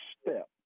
step